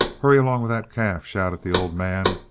hurry along with that calf! shouted the old man,